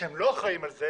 שהם לא אחראים עליו,